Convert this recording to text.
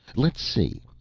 let's see,